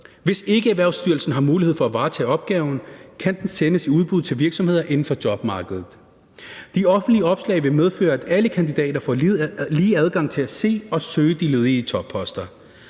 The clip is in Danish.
Hvis ikke Erhvervsstyrelsen har mulighed for at varetage opgaven, kan den sendes i udbud til virksomheder inden for jobmarkedet. De offentlige opslag vil medføre, at alle kandidater får lige adgang til at se og søge de ledige topposter.